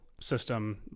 system